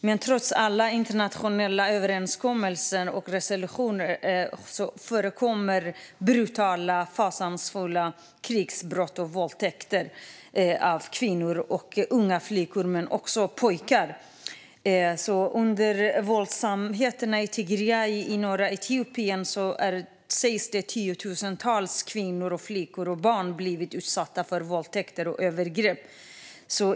Men trots alla internationella överenskommelser och resolutioner förekommer brutala och fasansfulla krigsbrott och våldtäkter mot kvinnor och unga flickor, men också mot pojkar. Under våldsamheterna i Tigray i norra Etiopien sägs tiotusentals kvinnor, flickor och barn ha blivit utsatta för våldtäkter och övergrepp.